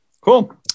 Cool